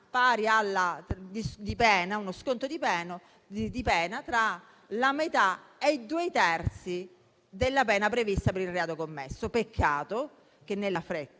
pari ad uno sconto di pena tra la metà e i due terzi della pena prevista per il reato commesso. Peccato che, nella fretta,